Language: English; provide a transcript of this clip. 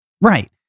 Right